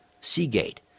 Seagate